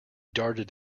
darted